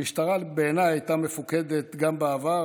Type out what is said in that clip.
המשטרה בעיניי הייתה מפוקדת גם בעבר,